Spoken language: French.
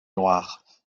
noirs